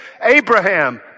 Abraham